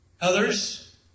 Others